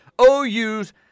OU's